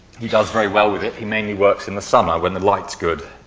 he does very well with it. he mainly works in the summer when the light's good.